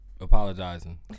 apologizing